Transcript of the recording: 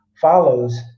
follows